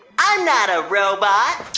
i'm not a robot.